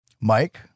Mike